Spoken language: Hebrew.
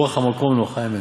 רוח המקום נוחה הימנו,